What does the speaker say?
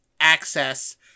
access